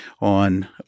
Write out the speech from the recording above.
on